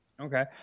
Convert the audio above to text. Okay